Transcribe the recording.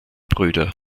brüder